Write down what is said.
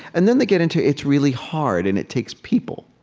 and then they get into, it's really hard, and it takes people.